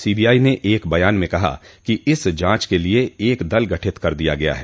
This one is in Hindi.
सीबीआई ने एक बयान में कहा है कि इस जांच के लिए एक दल गठित कर दिया गया है